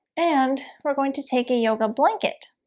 and we're going to take a yoga blanket